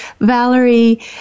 Valerie